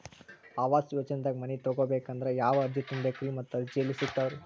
ಆವಾಸ ಯೋಜನೆದಾಗ ಮನಿ ತೊಗೋಬೇಕಂದ್ರ ಯಾವ ಅರ್ಜಿ ತುಂಬೇಕ್ರಿ ಮತ್ತ ಅರ್ಜಿ ಎಲ್ಲಿ ಸಿಗತಾವ್ರಿ?